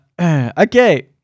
Okay